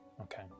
Okay